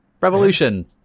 Revolution